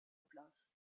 place